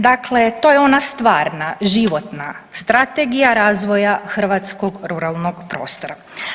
Dakle, to je ona stvarna životna strategija razvoja hrvatskog ruralnog prostora.